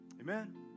Amen